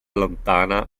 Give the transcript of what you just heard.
lontana